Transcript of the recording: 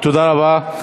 תודה רבה.